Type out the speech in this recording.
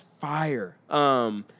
fire